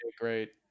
Great